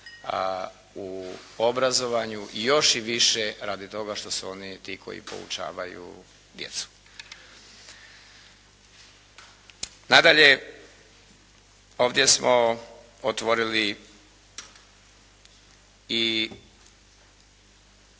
u obrazovanju i još i više radi toga što su oni ti koji poučavaju djecu. Nadalje, ovdje smo otvorili i